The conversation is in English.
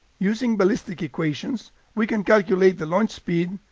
using ballistic equations we can calculate the launch speed,